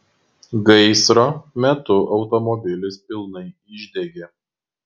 gaisro metu automobilis pilnai išdegė